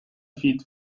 feet